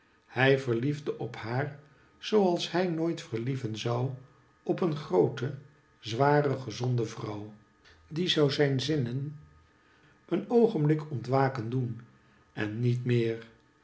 hij verliefde op haar zoo als hij nooit verlieven zou op een groote zware gezonde vrouw die zou zijn zinnen een oogenblik ontwaken doen en niet meer